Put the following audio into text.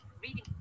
reading